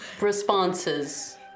responses